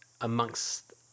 amongst